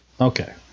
Okay